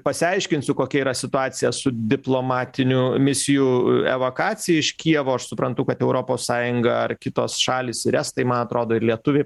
pasiaiškinsiu kokia yra situacija su diplomatinių misijų evakacija iš kijevo aš suprantu kad europos sąjunga ar kitos šalys ir estai man atrodo ir lietuviai